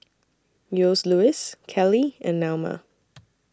Joseluis Kelly and Naoma